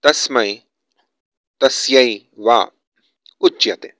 तस्मै तस्यै वा उच्यते